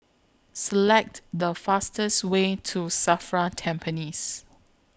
Select The fastest Way to SAFRA Tampines